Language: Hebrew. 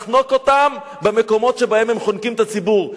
לחנוק אותם במקומות שבהם הם חונקים את הציבור.